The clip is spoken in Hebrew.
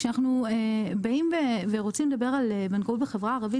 כשאנחנו באים ורוצים לדבר על בנקאות בחברה הערבית,